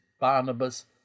Barnabas